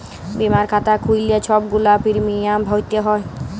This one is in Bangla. বীমার খাতা খ্যুইল্লে ছব গুলা পিরমিয়াম ভ্যইরতে হ্যয়